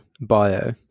bio